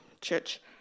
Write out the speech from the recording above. church